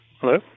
Hello